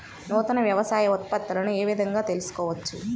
నూతన వ్యవసాయ ఉత్పత్తులను ఏ విధంగా తెలుసుకోవచ్చు?